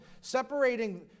separating